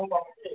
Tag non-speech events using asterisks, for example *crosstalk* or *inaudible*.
*unintelligible*